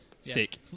Sick